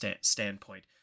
standpoint